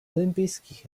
olympijských